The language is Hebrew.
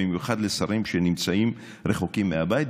במיוחד לשרים שנמצאים רחוק מהבית,